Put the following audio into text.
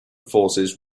forces